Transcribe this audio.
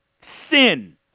sin